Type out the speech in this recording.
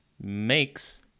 makes